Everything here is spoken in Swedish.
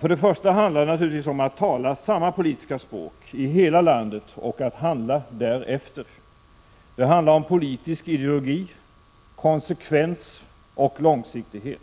För det första handlar det naturligtvis om att tala samma politiska språk i hela landet och att handla därefter. Det handlar om politisk ideologi, konsekvens och långsiktighet.